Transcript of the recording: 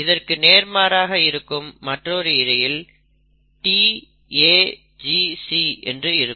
இதற்கு நேர்மாறாக இருக்கும் மற்றொரு இழையில் T A G C என்று இருக்கும்